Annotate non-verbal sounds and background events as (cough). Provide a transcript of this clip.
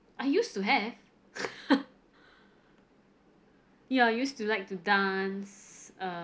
I used to have (laughs) ya used to like to dance err